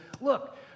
look